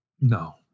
No